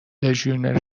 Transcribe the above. لژیونر